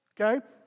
Okay